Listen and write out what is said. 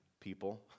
people